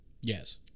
Yes